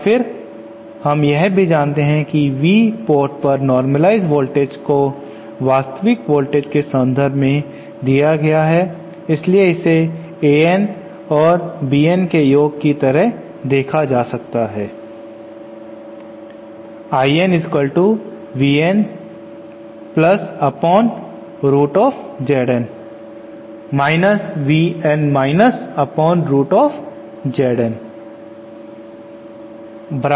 और फिर हम यह भी जानते हैं कि V पोर्ट पर नॉर्मलाईझड वोल्टेज को वास्तविक वोल्टेज के संदर्भ में दिया गया है इसलिए इसे A N और B N के योग की तरह देखा जा सकता है